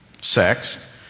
sex